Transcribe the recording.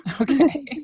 Okay